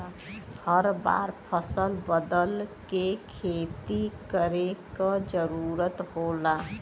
हर बार फसल बदल के खेती करे क जरुरत होला